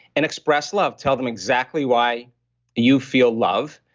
and express love. tell them exactly why you feel love.